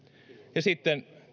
ja sitten